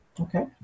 okay